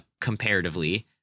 comparatively